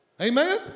Amen